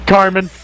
Carmen